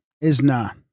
Isna